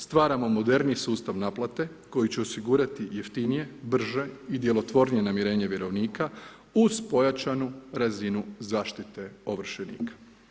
Stvaramo moderniji sustav naplate koji će osigurati jeftinije, brže i djelotvornije namirenje vjerovnika uz pojačanu razinu zaštite ovršenika.